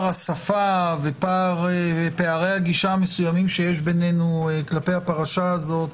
השפה ופערי הגישה המסוימים שיש בינינו כלפי הפרשה הזו,